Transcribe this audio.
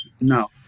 no